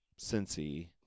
Cincy